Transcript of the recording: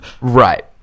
Right